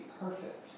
perfect